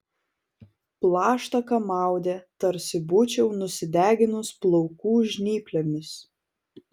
plaštaką maudė tarsi būčiau nusideginus plaukų žnyplėmis